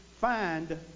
find